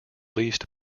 least